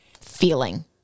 feeling